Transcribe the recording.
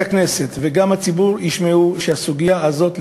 הכנסת וגם הציבור ישמעו שהסוגיה הזאת,